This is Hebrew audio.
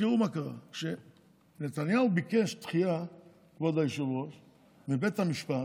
תראו מה קרה: כשנתניהו ביקש דחייה מבית המשפט,